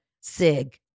SIG